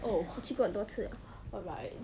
oh alright